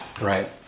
right